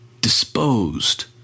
disposed